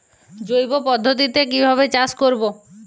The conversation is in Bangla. জৈব পদ্ধতিতে কিভাবে চাষ করব?